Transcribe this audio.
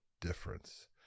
difference